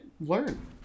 learn